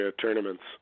tournaments